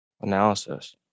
analysis